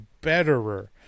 betterer